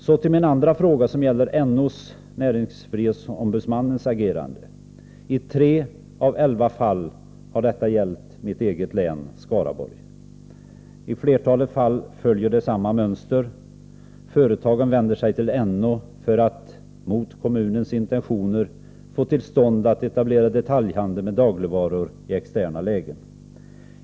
Så till min andra fråga som gäller NO:s, näringsfrihetsombudsmannens, agerande. I tre av elva fall har detta gällt mitt eget län Skaraborg. I flertalet fall följer det samma mönster. Företagen vänder sig till NO för att, mot kommunens intentioner, få möjlighet att etablera detaljhandel med dagligvaror externa lägen.